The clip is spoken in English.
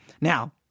Now